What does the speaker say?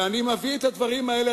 ואני מביא את הדברים האלה,